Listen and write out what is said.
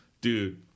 dude